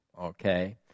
Okay